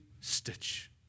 stitch